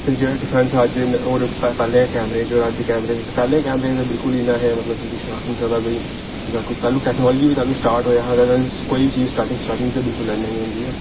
ते जेह्ड़ा डिफरेंस अज्ज होर पैह्लें कैमरे च होर अज्ज दे कैमरें च पैह्ले कैमरे बिलकुल इ'यां हे मतलब कि कुछ आक्खी निं सकदा कोई जां कोई तैह्लू टैकनालजी बी तैह्लू स्टार्ट होई बी चीज स्टार्टिंग स्टार्टिंग च बिलकुल लैन नेईं होंदी ऐ